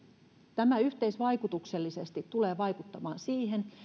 tämä yhteisvaikutuksellisesti tulee vaikuttamaan siihen